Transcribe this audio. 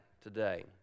today